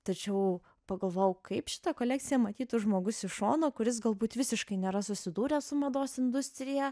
tačiau pagalvojau kaip šitą kolekciją matytų žmogus iš šono kuris galbūt visiškai nėra susidūrę su mados industrija